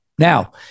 Now